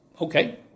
Okay